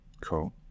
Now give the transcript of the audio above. Cool